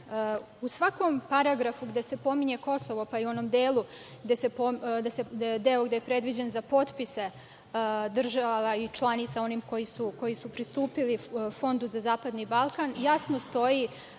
svakom paragrafu gde se pominje Kosovo, pa i u onom delu koji je predviđen za potpise država i članica koji su pristupili Fondu za zapadni Balkan, jasno stoji